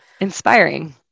inspiring